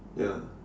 ya